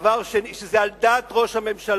דבר שני, שזה על דעת ראש הממשלה.